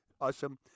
Awesome